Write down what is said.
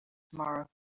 tomorrow